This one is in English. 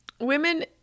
Women